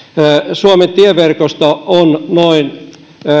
suomen tieverkosto on noin